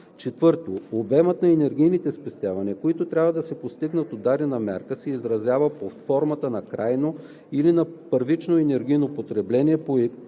4. обемът на енергийните спестявания, който трябва да се постигне от дадена мярка, се изразява под формата на крайно или на първично енергийно потребление по коефициенти